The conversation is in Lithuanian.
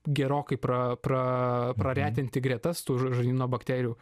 gerokai pra pra praretinti gretas tų žarnyno bakterijų